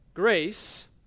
Grace